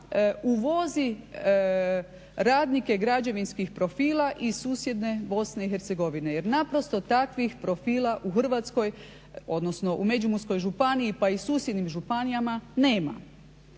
uvozi radnike građevinskih profila iz susjedne Bosne i Hercegovine jer naprosto takvih profila u Hrvatskoj, odnosno u Međimurskoj županiji, pa i susjednim županijama nema.